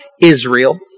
Israel